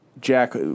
jack